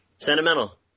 Sentimental